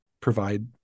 provide